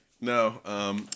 No